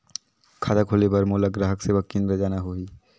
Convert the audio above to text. खाता खोले बार मोला ग्राहक सेवा केंद्र जाना होही?